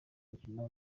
mikino